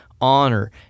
honor